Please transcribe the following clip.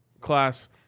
class